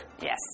Yes